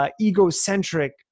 egocentric